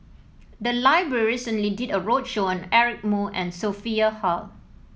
the library recently did a roadshow on Eric Moo and Sophia Hull